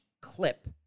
clip